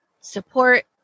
support